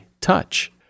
touch